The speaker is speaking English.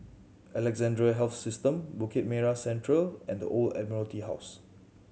Alexandra Health System Bukit Merah Central and The Old Admiralty House